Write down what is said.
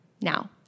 Now